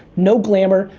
no glamor,